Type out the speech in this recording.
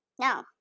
no